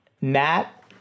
Matt